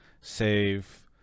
save